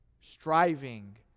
Striving